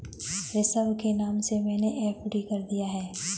ऋषभ के नाम से मैने एफ.डी कर दिया है